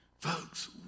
Folks